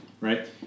right